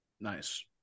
Nice